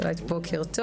דבורה,